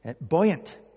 buoyant